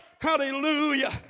hallelujah